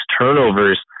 turnovers